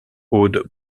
aude